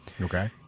Okay